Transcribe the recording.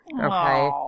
Okay